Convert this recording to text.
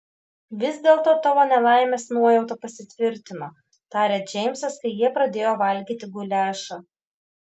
vis dėlto tavo nelaimės nuojauta pasitvirtino tarė džeimsas kai jie pradėjo valgyti guliašą